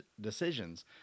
decisions